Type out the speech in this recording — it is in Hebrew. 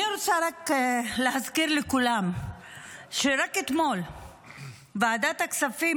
אני רוצה להזכיר לכולם שרק אתמול ועדת הכספים